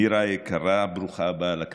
נירה היקרה, ברוכה הבאה לכנסת,